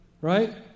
right